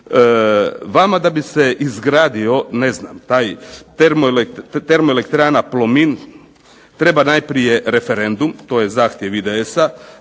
Vama da bi se izgradio ne znam taj termoelektrana Plomin treba najprije referendum. To je zahtjev IDS-a,